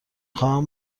خواهم